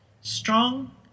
Strong